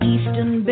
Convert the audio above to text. Eastern